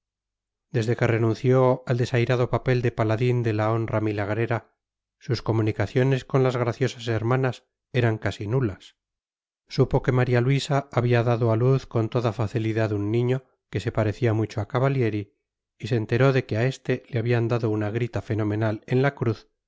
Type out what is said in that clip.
desde que renunció al desairado papel de paladín de la honra milagrera sus comunicaciones con las graciosas hermanas eran casi nulas supo que maría luisa había dado a luz con toda facilidad un niño que se parecía mucho a cavallieri y se enteró de que a este le habían dado una grita fenomenal en la cruz